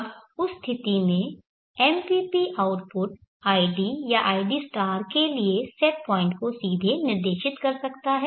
अब उस स्थिति में MPP आउटपुट id या id के लिए सेट पॉइंट को सीधे निर्देशित कर सकता है